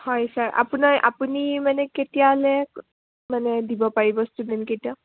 হয় ছাৰ আপোনাৰ আপুনি মানে কেতিয়াহ'লে মানে দিব পাৰিব ষ্টুডেণ্টকেইটাক